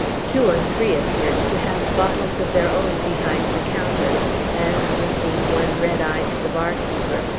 two or three appeared to have bottles of their own behind the counter and, winking one red eye to the bar-keeper,